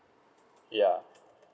ya